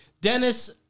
Dennis